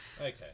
Okay